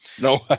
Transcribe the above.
No